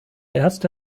erste